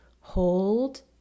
Hold